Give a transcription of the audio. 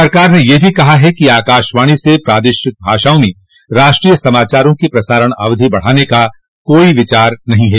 सरकार ने यह भी कहा है कि आकाशवाणी से प्रादेशिक भाषाओं में राष्ट्रीय समाचारों की प्रसारण अवधि बढ़ाने का कोई विचार नहीं है